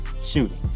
Shooting